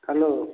hello